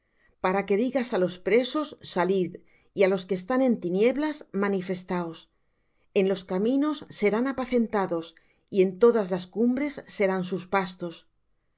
para que digas á los presos salid y á los que están en tinieblas manifestaos en los caminos serán apacentados y en todas las cumbres serán sus pastos